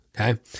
okay